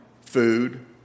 food